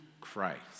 Christ